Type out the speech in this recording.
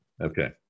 Okay